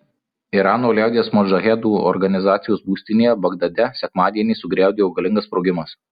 irano liaudies modžahedų organizacijos būstinėje bagdade sekmadienį sugriaudėjo galingas sprogimas